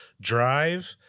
Drive